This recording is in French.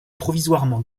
provisoirement